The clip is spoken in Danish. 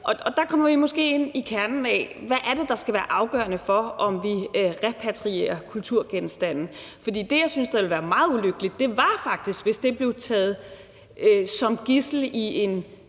Der kommer vi måske ind til kernen af, hvad det er, der skal være afgørende for, om vi repatrierer kulturgenstande. Det, jeg synes ville være meget ulykkeligt, var faktisk, hvis det blev taget som gidsel i sådan